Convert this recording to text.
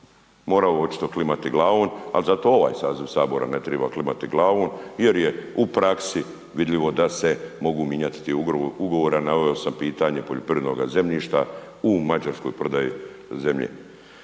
morao očito klimati glavom, al zato ovaj saziv sabora ne triba klimati glavom jer je u praksi vidljivo da se mogu mijenjati ti ugovori naveo sam pitanje poljoprivrednoga zemljišta u Mađarskoj prodaji zemlje.